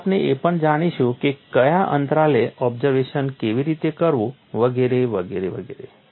તેથી આપણે એ પણ જાણીશું કે કયા અંતરાલે ઓબ્ઝર્વેશન કેવી રીતે કરવું વગેરે વગેરે વગેરે